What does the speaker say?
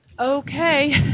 Okay